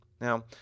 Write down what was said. Now